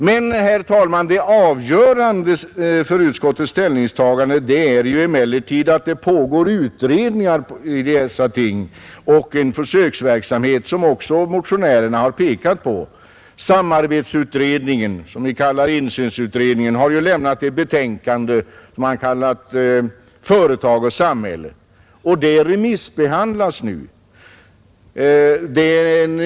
Men, herr talman, det avgörande för utskottets ställningstagande är att det pågår utredningar i dessa ting och en försöksverksamhet, som också motionärerna har pekat på. Samarbetsutredningen, som vi kallar insynsutredningen, har avlämnat sitt betänkande ”Företag och samhälle”. Detta remissbehandlas nu.